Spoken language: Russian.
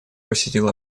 посетил